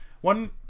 one